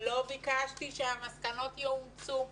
לא ביקשתי שהמסקנות יאומצו.